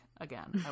Again